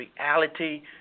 reality